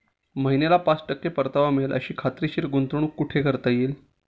महिन्याला पाच टक्के परतावा मिळेल अशी खात्रीशीर गुंतवणूक कुठे करता येईल?